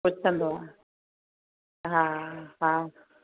पुछंदो हा हा